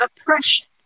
oppression